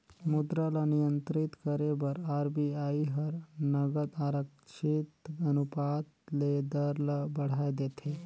मुद्रा ल नियंत्रित करे बर आर.बी.आई हर नगद आरक्छित अनुपात ले दर ल बढ़ाए देथे